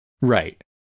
Right